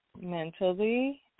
mentally